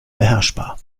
beherrschbar